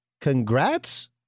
congrats